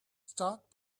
start